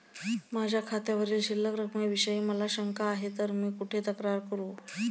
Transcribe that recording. माझ्या खात्यावरील शिल्लक रकमेविषयी मला शंका आहे तर मी कुठे तक्रार करू?